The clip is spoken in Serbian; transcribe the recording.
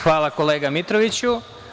Hvala kolega Mitroviću.